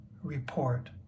report